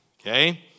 Okay